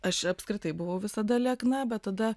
aš apskritai buvau visada liekna bet tada